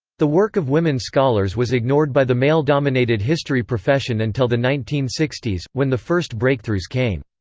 the work of women scholars was ignored by the male-dominated history profession until the nineteen sixty s, when the first breakthroughs came.